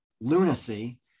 lunacy